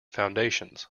foundations